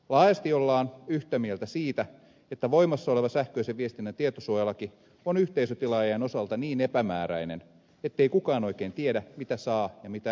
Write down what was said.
laajasti ollaan yhtä mieltä siitä että voimassa oleva sähköisen viestinnän tietosuojalaki on yhteisötilaajien osalta niin epämääräinen ettei kukaan oikein tiedä mitä saa ja mitä ei saa tehdä